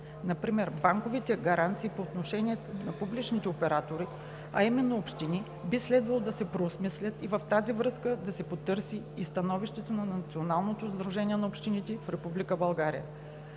например банковите гаранции по отношение на публичните оператори, а именно общини, би следвало да се преосмислят и в тази връзка трябва да се потърси и становището на Националното сдружение на общините в